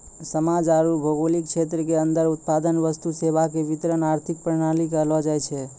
समाज आरू भौगोलिक क्षेत्र के अन्दर उत्पादन वस्तु सेवा के वितरण आर्थिक प्रणाली कहलो जायछै